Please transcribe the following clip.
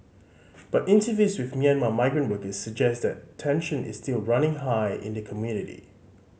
but interviews with Myanmar migrant workers suggest that tension is still running high in the community